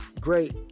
great